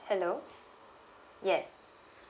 hello yes